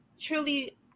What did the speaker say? truly